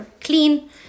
clean